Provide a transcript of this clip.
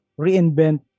reinvent